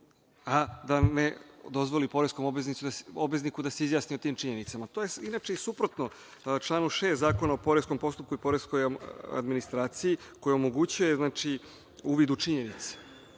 a da ne dozvoli poreskom obvezniku da se izjasni o tim činjenicama. To je inače i suprotno članu 6. Zakona o poreskom postupku i poreskoj administraciji koja omogućuje uvid u činjenice.